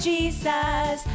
Jesus